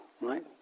right